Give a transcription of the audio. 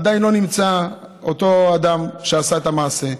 עדיין לא נמצא אותו אדם שעשה את המעשה,